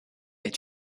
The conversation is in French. est